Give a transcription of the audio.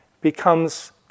becomes